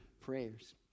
prayers